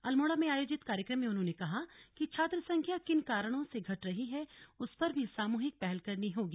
अल्मोड़ा में आयोजित कार्यक्रम में उन्होंने कहा कि छात्र संख्या किन कारणों से घट रही है उस पर भी सामूहिक पहल करनी होगी